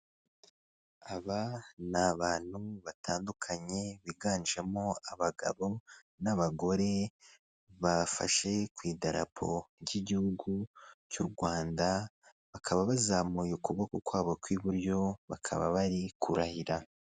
Aba n'abantu batandukanye biganjemo abagabo n'abagore, bafashe ku idarapo ry'igihugu cy'u Rwanda, bakaba bazamuye ukuboko kwabo kw'iburyo bakaba bari kurahira.